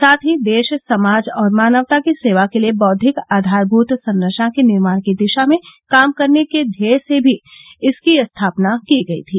साथ ही देश समाज और मानवता की सेवा के लिए बौद्विक आधारभूत संरचना की निर्माण की दिशा में काम करने के ध्येय से भी इसकी स्थापना की गई थी